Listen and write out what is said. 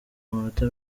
amanota